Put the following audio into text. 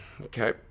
Okay